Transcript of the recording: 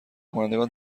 کنندگان